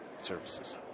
services